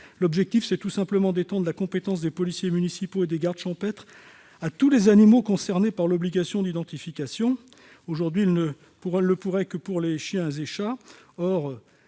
L'objectif est tout simplement d'étendre la compétence des policiers municipaux et des gardes champêtres à tous les animaux concernés par l'obligation d'identification. Aujourd'hui, ces agents ne peuvent intervenir que pour les chiens et chats.